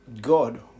God